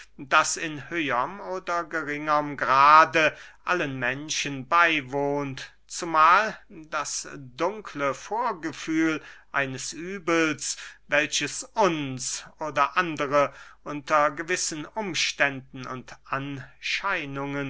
das in höherm oder geringeren grade allen menschen beywohnt zumahl das dunkle vorgefühl eines übels welches uns oder andere unter gewissen umständen und